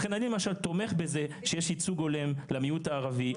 לכן אני למשל תומך בזה שיש ייצוג הולם למיעוט הערבי.